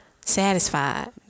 satisfied